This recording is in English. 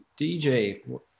DJ